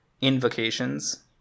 invocations